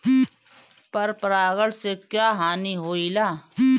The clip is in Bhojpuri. पर परागण से क्या हानि होईला?